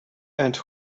and